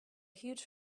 huge